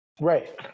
Right